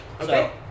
Okay